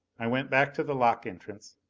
i went back to the lock entrance.